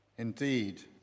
Indeed